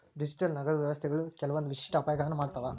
digital ನಗದು ವ್ಯವಸ್ಥೆಗಳು ಕೆಲ್ವಂದ್ ವಿಶಿಷ್ಟ ಅಪಾಯಗಳನ್ನ ಮಾಡ್ತಾವ